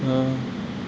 uh